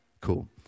Cool